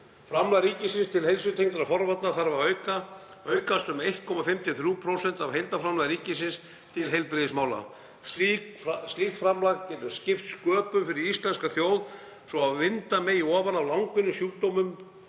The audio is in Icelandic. Framlag ríkisins til heilsutengdra forvarna þarf að aukast um 1,5–3% af heildarframlagi ríkisins til heilbrigðismála. Slíkt framlag getur skipt sköpum fyrir íslenska þjóð svo að vinda megi ofan af langvinnum sjúkdómum,